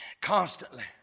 constantly